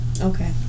okay